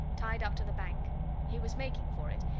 tied up to the bank he was making for it,